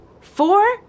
Four